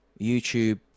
YouTube